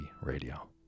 Radio